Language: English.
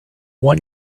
one